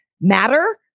matter